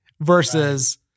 versus